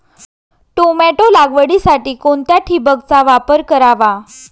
Tomato लागवडीसाठी कोणत्या ठिबकचा वापर करावा?